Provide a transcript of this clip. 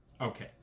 Okay